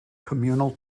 communal